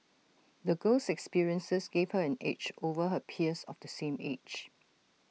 the girl's experiences gave her an edge over her peers of the same age